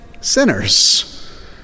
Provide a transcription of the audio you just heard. sinners